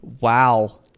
Wow